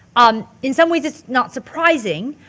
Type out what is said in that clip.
um in some ways it's not surprising,